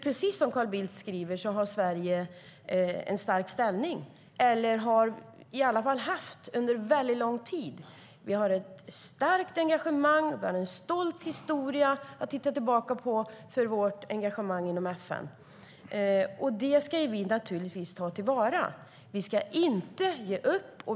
Precis som Carl Bildt skriver har Sverige stark ställning - eller har i alla fall under lång tid haft det. Vi har ett starkt engagemang, och vi har en stolt historia att titta tillbaka på när det gäller vårt engagemang inom FN. Det ska vi naturligtvis ta till vara. Vi ska inte ge upp.